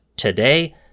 today